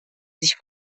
sich